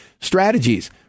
strategies